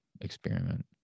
experiment